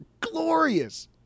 glorious